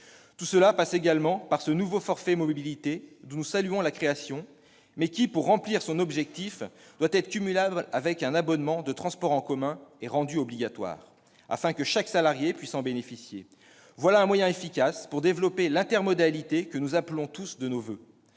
Cet effort passe également par le nouveau « forfait mobilités », dont nous saluons la création, mais qui, pour atteindre son but, doit être cumulable avec un abonnement de transports en commun et rendu obligatoire, afin que chaque salarié puisse en bénéficier. Voilà un moyen efficace pour développer l'intermodalité que nous appelons tous de nos voeux